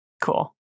cool